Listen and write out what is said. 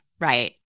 Right